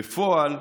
בפועל,